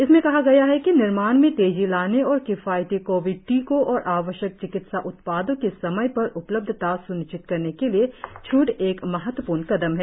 इसमें कहा गया है कि निर्माण में तेजी लाने और किफायती कोविड टीकों और आवश्यक चिकित्सा उत्पादों की समय पर उपलब्धता स्निश्चित करने के लिए छूट एक महत्वपूर्ण कदम है